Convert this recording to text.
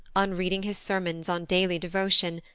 on reading his sermons on daily devotion,